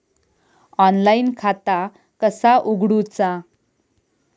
Online खाता कसा उगडूचा?